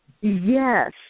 Yes